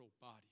body